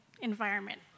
environment